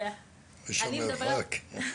יש עוד מרחק.